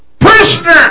prisoner